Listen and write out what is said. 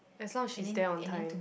as long as she's there on time